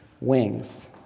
wings